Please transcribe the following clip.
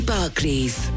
Barclays